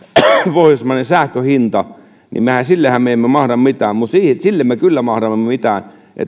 pohjoismainen sähkönhinta niin sillehän me emme mahda mitään mutta sille me kyllä mahdamme mitään